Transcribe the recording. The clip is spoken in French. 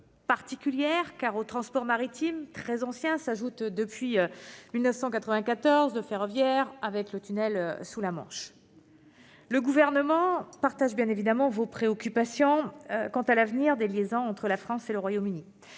maritime est particulière car, au transport maritime, très ancien, s'est ajouté depuis 1994 le ferroviaire, avec le tunnel sous la Manche. Le Gouvernement partage bien évidemment vos préoccupations quant à l'avenir des liaisons entre la France et le Royaume-Uni.